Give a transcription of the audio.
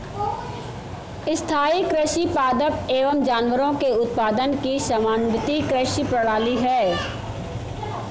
स्थाईं कृषि पादप एवं जानवरों के उत्पादन की समन्वित कृषि प्रणाली है